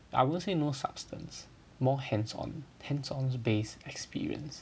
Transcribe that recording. I wouldn't say no substance more hands on hands on based experience